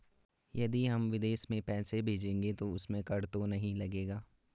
यदि हम विदेश में पैसे भेजेंगे तो उसमें कर तो नहीं लगेगा?